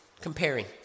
comparing